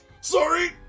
Sorry